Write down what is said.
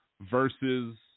versus